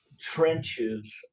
trenches